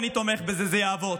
אני תומך בזה, זה יעבור.